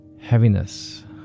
heaviness